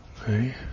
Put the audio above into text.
Okay